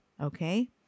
okay